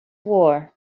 war